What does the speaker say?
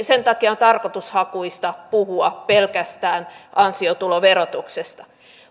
sen takia on tarkoitushakuista puhua pelkästään ansiotuloverotuksesta